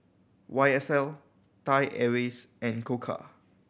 Y S L Thai Airways and Koka